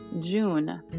June